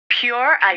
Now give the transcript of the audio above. Pure